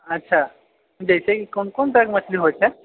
अच्छा जैसे कोन कोन तरहके मछली होइ छै